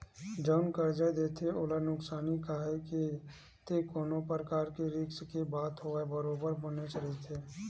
जउन करजा देथे ओला नुकसानी काहय ते कोनो परकार के रिस्क के बात होवय बरोबर बनेच रहिथे